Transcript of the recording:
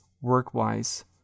work-wise